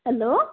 hello